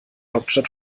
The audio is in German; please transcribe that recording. hauptstadt